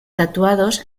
tatuados